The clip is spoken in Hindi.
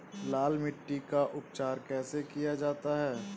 लाल मिट्टी का उपचार कैसे किया जाता है?